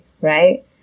right